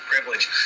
privilege